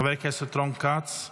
חבר הכנסת רון כץ,